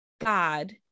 God